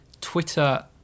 Twitter